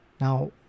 Now